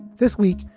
this week,